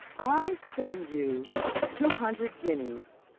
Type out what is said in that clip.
i send you two hundred guineas,